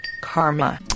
karma